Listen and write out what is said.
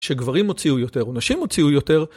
שגברים הוציאו יותר ונשים הוציאו יותר.